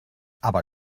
aber